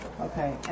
Okay